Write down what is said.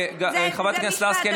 חברת הכנסת לסקי,